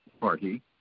Party